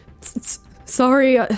sorry